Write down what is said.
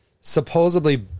supposedly